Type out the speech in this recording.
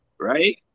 right